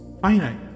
finite